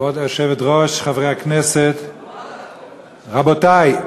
כבוד היושבת-ראש, חברי הכנסת, רבותי,